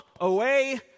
away